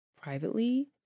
privately